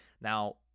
Now